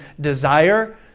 desire